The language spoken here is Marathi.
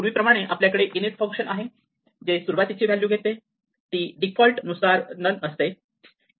पूर्वीप्रमाणे आपल्याकडे इनिट फंक्शन आहे जे सुरुवातीची व्हॅल्यू घेते ती डीफॉल्टनुसार नन असते